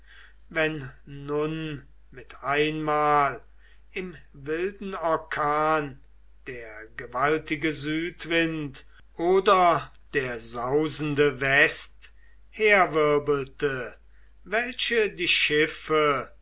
wenn nun mit einmal im wilden orkan der gewaltige südwind oder der sausende west herwirbelte welche die schiffe